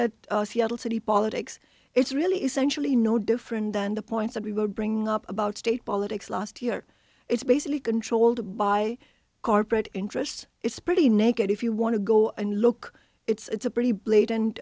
at seattle city politics it's really essentially no different than the point that we were bringing up about state politics last year it's basically controlled by corporate interests it's pretty naked if you want to go and look it's a pretty blatant